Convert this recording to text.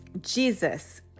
Jesus